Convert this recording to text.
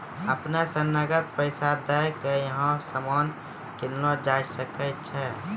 अपना स नकद पैसा दै क यहां सामान कीनलो जा सकय छै